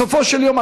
בסופו של יום,